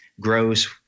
grows